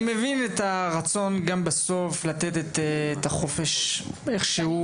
אני מבין את הרצון בסוף גם לתת את החופש איכשהו,